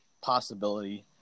possibility –